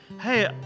hey